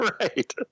Right